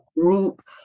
group